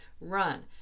run